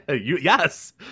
Yes